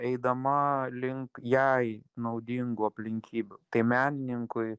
eidama link jai naudingų aplinkybių tai menininkui